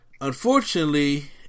unfortunately